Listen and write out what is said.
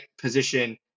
position